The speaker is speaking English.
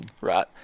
Right